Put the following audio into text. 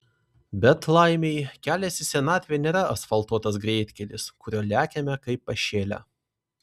bet laimei kelias į senatvę nėra asfaltuotas greitkelis kuriuo lekiame kaip pašėlę